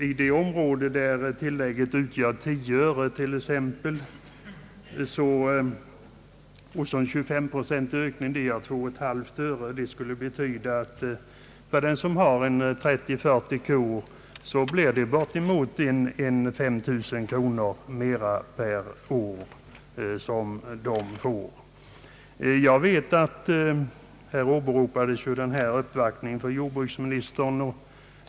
I ett område där tillägget utgör t.ex. 10 öre skulle en 25-procentig ökning — 2,5 öre — för den som har 30—40 kor betyda en inkomstökning av bortemot 3 000 kronor per år. Här åberopades uppvaktningen hos jordbruksministern.